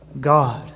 God